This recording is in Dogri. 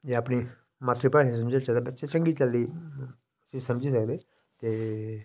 जे अपनी मातृभाषा च समझाचै ते बच्चा उसी चंगी चाल्ली उसी समझी सकदे ते